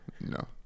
no